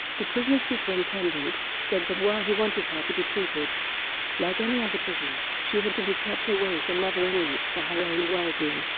the prison superintendent, said that while he wanted her to be treated like any other prisoner, she had to be kept away from other inmates for her own well-being,